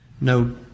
No